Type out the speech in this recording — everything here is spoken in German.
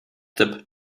dip